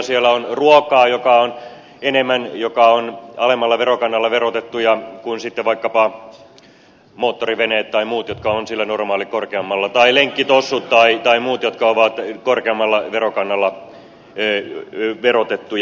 siellä on ruokaa enemmän joka on alemmalla verokannalla verotettua kuin sitten vaikkapa moottoriveneet tai muut jotka ovat sillä normaalia korkeammalla tai lenkkitossut tai muut jotka ovat korkeammalla verokannalla verotettuja